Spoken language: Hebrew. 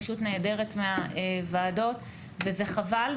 פשוט נעדרת מהוועדות וזה חבל.